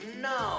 no